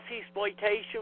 exploitation